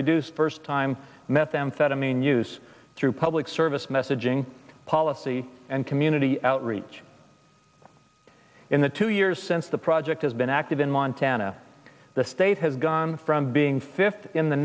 reduce first time methamphetamine use through public service messaging policy and community outreach in the two years since the project has been active in montana the state has gone from being fifth in the